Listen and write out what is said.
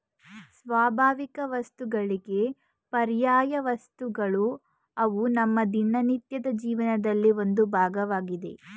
ಸ್ವಾಭಾವಿಕವಸ್ತುಗಳಿಗೆ ಪರ್ಯಾಯವಸ್ತುಗಳು ಅವು ನಮ್ಮ ದಿನನಿತ್ಯದ ಜೀವನದಲ್ಲಿ ಒಂದು ಭಾಗವಾಗಿದೆ